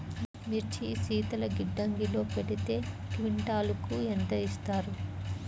మిర్చి శీతల గిడ్డంగిలో పెడితే క్వింటాలుకు ఎంత ఇస్తారు?